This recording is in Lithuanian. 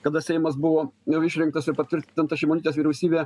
kada seimas buvo jau išrinktas ir patvirtinta šimonytės vyriausybė